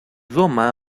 roma